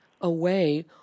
away